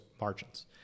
margins